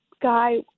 guy